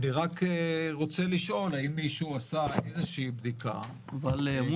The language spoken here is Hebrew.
אני רק רוצה לשאול: האם מישהו עשה איזושהי בדיקה --- זה